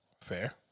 fair